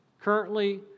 Currently